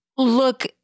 look